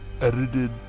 edited